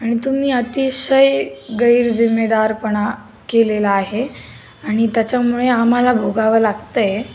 आणि तुम्ही अतिशय गैरजिम्मेदारपणा केलेला आहे आणि त्याच्यामुळे आम्हाला भोगावं लागत आहे